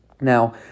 now